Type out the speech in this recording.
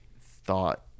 thought